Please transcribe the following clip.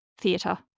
theatre